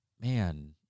man